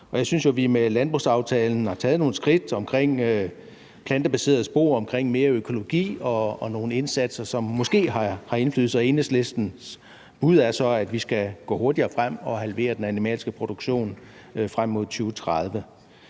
Jeg synes jo, at vi med landbrugsaftalen har taget nogle skridt omkring plantebaserede spor i forhold til mere økologi og nogle indsatser, som måske har en indflydelse. Og Enhedslistens bud er så, at vi skal gå hurtigere frem og halverer den animalske produktion frem mod 2030.